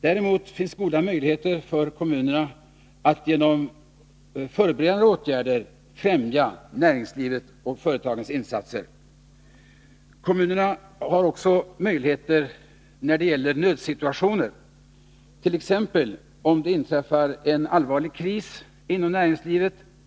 Däremot finns goda möjligheter för kommunerna att genom förberedande åtgärder främja näringslivet och företagens insatser. Kommunerna har också möjligheter att ingripa när det gäller nödsituationer, t.ex. om det inträffar en allvarlig kris inom näringslivet.